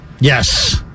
Yes